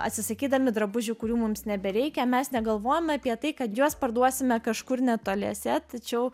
atsisakydami drabužių kurių mums nebereikia mes negalvojam apie tai kad juos parduosime kažkur netoliese tačiau